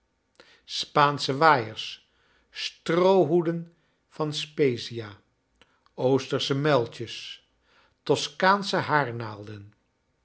spaansche waaiers stroohoeden van spezzia oostersche muiltjes tosoaansche haarnaalden